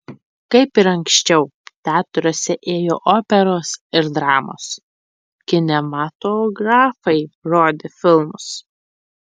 kaip ir anksčiau teatruose ėjo operos ir dramos kinematografai rodė filmus